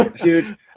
Dude